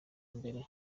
mbere